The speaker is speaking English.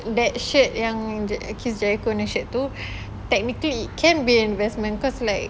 that shirt yang chris jericho punya shirt tu technically it can be an investment cause like